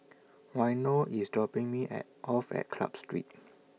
Waino IS dropping Me At off At Club Street